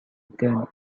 gun